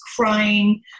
crying